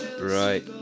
Right